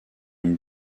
une